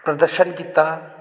ਪ੍ਰਦਰਸ਼ਨ ਕੀਤਾ